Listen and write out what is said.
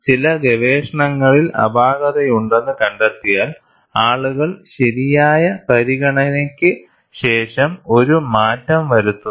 ചില ഗവേഷണങ്ങളിൽ അപാകതയുണ്ടെന്ന് കണ്ടെത്തിയാൽ ആളുകൾ ശരിയായ പരിഗണനയ്ക്ക് ശേഷം ഒരു മാറ്റം വരുത്തുന്നു